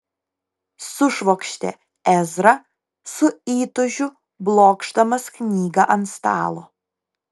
sušvokštė ezra su įtūžiu blokšdamas knygą ant stalo